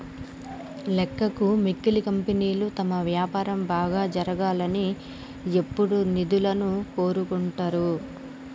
లెక్కకు మిక్కిలి కంపెనీలు తమ వ్యాపారం బాగా జరగాలని ఎప్పుడూ నిధులను కోరుకుంటరు